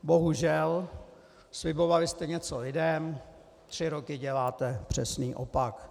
Bohužel slibovali jste něco lidem, tři roky děláte přesný opak.